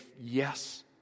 yes